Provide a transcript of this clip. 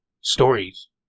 stories